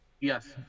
Yes